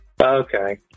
Okay